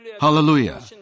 Hallelujah